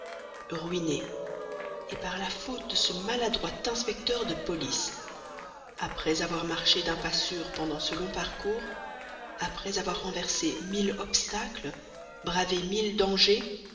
ruiné et par la faute de ce maladroit inspecteur de police après avoir marché d'un pas sûr pendant ce long parcours après avoir renversé mille obstacles bravé mille dangers